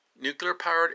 nuclear-powered